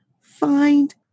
Find